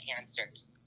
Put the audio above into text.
answers